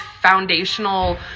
foundational